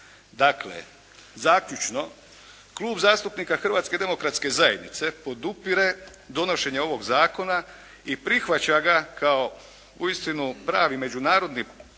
Dakle, zaključno Klub zastupnika Hrvatske demokratske zajednice podupire donošenje ovog zakona i prihvaća ga kao uistinu pravi međunarodno pravni